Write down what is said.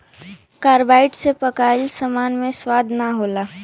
carbide से पकाइल सामान मे स्वाद ना होला